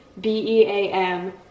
b-e-a-m